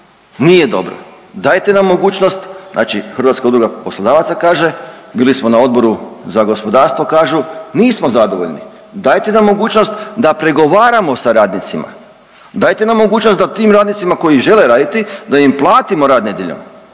nije dobro, dajte nam mogućnost, znači Hrvatska udruga poslodavaca kaže, bili smo na Odboru za gospodarstvo kažu nismo zadovoljni. Dajte nam mogućnost da pregovaramo sa radnicima. Dajte nam mogućnost da tim radnicima koji žele raditi da im platimo rad nedjeljom,